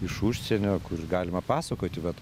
iš užsienio kur galima pasakoti vat